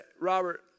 Robert